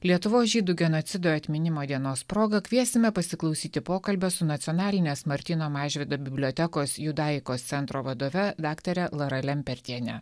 lietuvos žydų genocido atminimo dienos proga kviesime pasiklausyti pokalbio su nacionalinės martyno mažvydo bibliotekos judaikos centro vadove daktare lara lempertiene